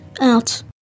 Out